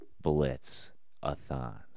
Blitz-a-thon